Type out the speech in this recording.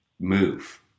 move